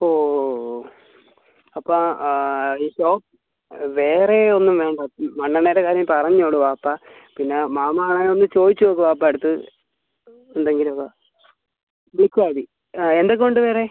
ഓ ഓ അപ്പം ഇതോ വേറെ ഒന്നും വേണ്ട ഈ മണ്ണെണ്ണേടെ കാര്യം പറഞ്ഞൊള്ള് വാപ്പ പിന്നെ മാമായൊന്ന് ചോദിച്ച് നോക്ക് വാപ്പാടടുത്ത് എന്തെങ്കിലും ഒക്കെ വിളിക്കുവാതി ആ എന്തൊക്കെ ഉണ്ട് വേറെ